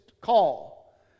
call